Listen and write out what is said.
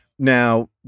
Now